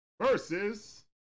versus